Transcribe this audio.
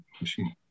machine